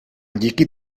díky